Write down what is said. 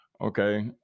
okay